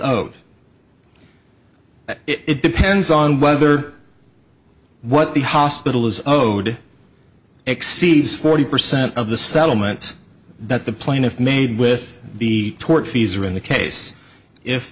owed it depends on whether what the hospital is owed exceeds forty percent of the settlement that the plaintiff made with be tortfeasor in the case if